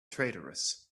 traitorous